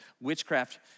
Witchcraft